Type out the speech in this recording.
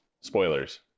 spoilers